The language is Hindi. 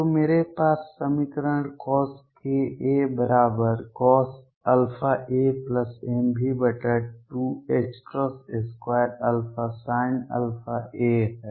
तो मेरे पास समीकरण CoskaCosαamV22α Sinαa है